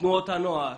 תנועות הנוער